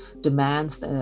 demands